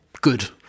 good